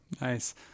Nice